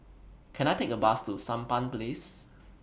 Can I Take A Bus to Sampan Place